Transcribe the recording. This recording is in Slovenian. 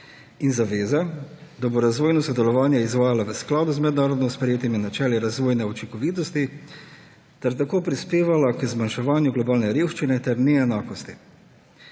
in zaveza, da bo razvojno sodelovanje izvajala v skladu z mednarodno sprejetimi načeli razvojne učinkovitosti ter tako prispevala k zmanjševanju globalne revščine ter neenakosti.